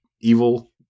evil